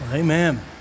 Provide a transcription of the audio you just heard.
Amen